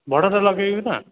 ଭଡ଼ାଟା ଲଗେଇବି ନା